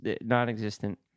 Non-existent